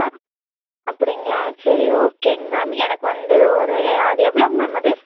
அப்படிங்களா சரி ஓகேங்க மேம் எனக்கு வந்து ஒரு அது எவ்வளோங் மேம் அது